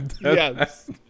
Yes